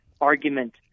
argument